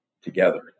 together